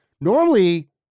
normally